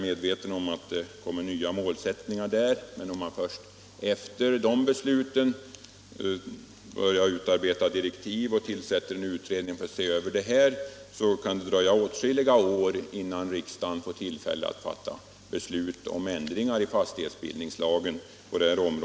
Men om man först efter de besluten börjar utarbeta direktiv och tillsätter en utredning för att se över den här frågan kan det ta åtskilliga år innan riksdagen får tillfälle att fatta beslut om ändringar i fastighetsbildningslagen.